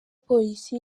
polisi